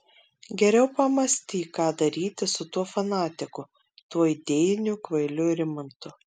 geriau pamąstyk ką daryti su tuo fanatiku tuo idėjiniu kvailiu rimantu